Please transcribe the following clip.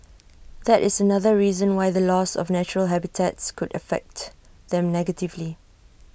that is another reason why the loss of natural habitats could affect them negatively